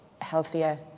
healthier